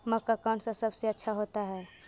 मक्का कौन सा सबसे अच्छा होता है?